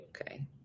okay